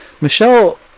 Michelle